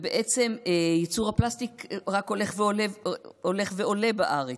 ייצור הפלסטיק רק הולך ועולה בארץ.